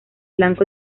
blanco